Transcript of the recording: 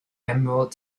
emerald